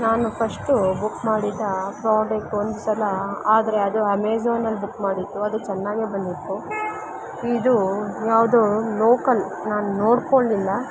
ನಾನು first book ಮಾಡಿದ product ಒಂದು ಸಲ ಆದರೆ ಅದು ಅಮೆಝಾನಲ್ಲಿ ಬುಕ್ ಮಾಡಿದ್ದು ಅದು ಚೆನ್ನಾಗೇ ಬಂದಿತ್ತು ಇದು ಯಾವುದೋ ಲೋಕಲ್ ನಾನು ನೋಡಿಕೊಳ್ಲಿಲ್ಲ